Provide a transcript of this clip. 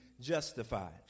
justified